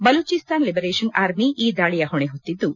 Balochistan liberation ಆರ್ಮಿಯು ಈ ದಾಳಿಯ ಹೊಣೆ ಹೊತ್ತಿದ್ದು